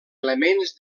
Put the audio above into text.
elements